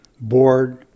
bored